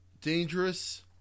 dangerous